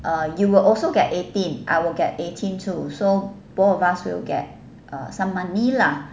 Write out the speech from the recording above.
err you will also get eighteen I will get eighteen too so both of us will get some money lah